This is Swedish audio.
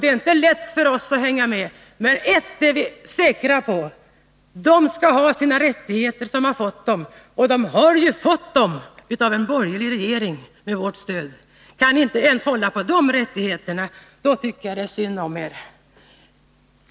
Det är alltså inte lätt för oss att hänga med, men ett är vi säkra på: de skall ha sina rättigheter som har fått dem. De har ju fått dem av en borgerlig regering och med vårt stöd. Kan ni inte ens hålla på de rättigheterna, då tycker jag att det är synd om er.